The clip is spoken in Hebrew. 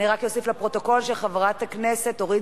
אני רק אוסיף לפרוטוקול שחברת הכנסת אורית